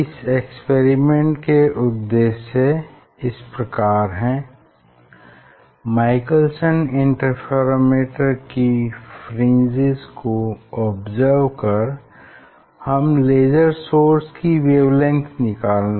इस एक्सपेरिमेंट के उद्देश्य इस प्रकार हैं माइकलसन इंटरफेरोमीटर की फ्रिंजेस को ऑब्ज़र्व कर लेज़र सोर्स की वेवलेंग्थ निकालना